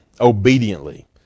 obediently